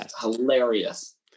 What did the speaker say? hilarious